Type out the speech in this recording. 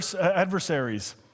adversaries